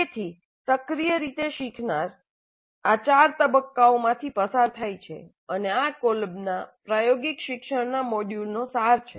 તેથી સક્રીય રીતે શીખનાર આ 4 તબક્કાઓમાંથી પસાર થાય છે અને આ કોલ્બના પ્રાયોગિક શિક્ષણના મોડયુલનો સાર છે